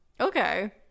Okay